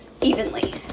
evenly